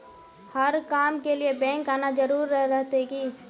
हर काम के लिए बैंक आना जरूरी रहते की?